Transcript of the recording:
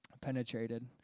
penetrated